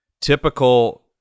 typical